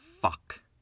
Fuck